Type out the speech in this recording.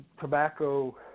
Tobacco